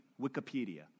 Wikipedia